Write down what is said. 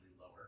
lower